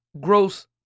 gross